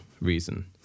reason